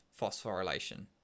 phosphorylation